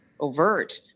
overt